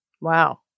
Wow